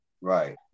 Right